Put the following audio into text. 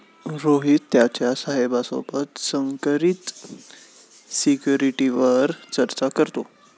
रोहित त्याच्या साहेबा सोबत संकरित सिक्युरिटीवर चर्चा करतो